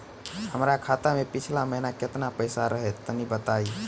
हमरा खाता मे पिछला महीना केतना पईसा रहे तनि बताई?